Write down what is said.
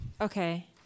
Okay